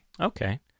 Okay